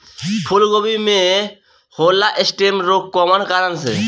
फूलगोभी में होला स्टेम रोग कौना कारण से?